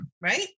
right